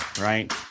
right